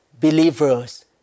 believers